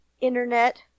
internet